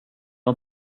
jag